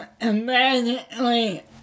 immediately